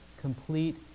complete